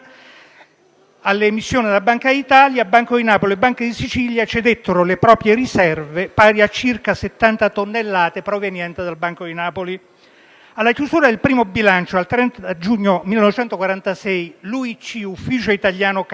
battevano più moneta - Banco di Napoli e Banco di Sicilia cedettero le proprie riserve auree, pari a circa 70 tonnellate provenienti dal Banco di Napoli. Alla chiusura del primo bilancio al 30 giugno 1946, l'UIC (Ufficio italiano cambi)